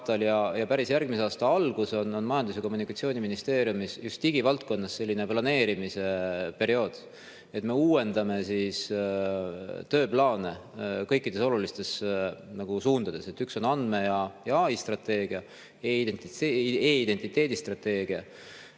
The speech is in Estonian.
ja päris järgmise aasta algus on Majandus- ja Kommunikatsiooniministeeriumis just digivaldkonnas selline planeerimise periood. Me uuendame siis tööplaane kõikides olulistes suundades. On andme‑ ja AI‑strateegia, e‑identiteedi strateegia